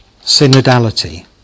synodality